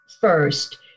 first